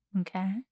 Okay